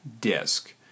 disk